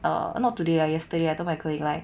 err not today or yesterday I told my colleague like